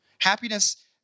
Happiness